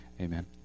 Amen